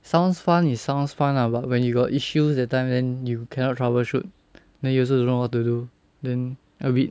sounds fun is sounds fun lah but when you got issues that time then you cannot troubleshoot then you also don't know what to do then a bit